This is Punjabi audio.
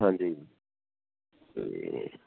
ਹਾਂਜੀ ਅਤੇ